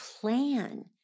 plan